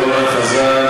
חבר הכנסת אורן חזן,